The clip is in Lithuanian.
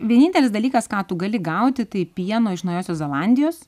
vienintelis dalykas ką tu gali gauti tai pieno iš naujosios zelandijos